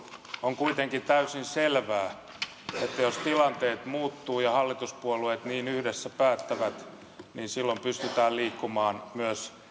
on kuitenkin täysin selvää että jos tilanteet muuttuvat ja hallituspuolueet niin yhdessä päättävät niin silloin pystytään liikkumaan myös